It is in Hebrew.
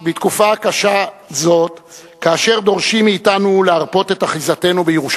הגדולה שלו שהוא שינה את עמדתו גם כן.